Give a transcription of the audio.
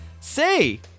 Say